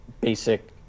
basic